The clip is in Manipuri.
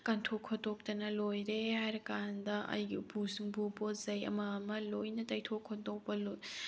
ꯀꯟꯊꯣꯛ ꯈꯣꯠꯇꯣꯛꯇꯅ ꯂꯣꯏꯔꯦ ꯍꯥꯏꯔ ꯀꯥꯟꯗ ꯑꯩꯒꯤ ꯎꯄꯨ ꯅꯨꯡꯕꯨ ꯄꯣꯠ ꯆꯩ ꯑꯃ ꯑꯃ ꯂꯣꯏꯅ ꯇꯩꯊꯣꯛ ꯈꯣꯠꯇꯣꯛꯄ